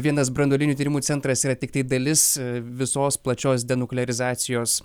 vienas branduolinių tyrimų centras yra tiktai dalis visos plačios denuklerizacijos